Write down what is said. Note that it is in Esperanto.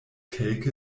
kelke